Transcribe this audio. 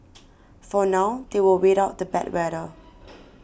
for now they will wait out the bad weather